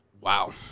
Wow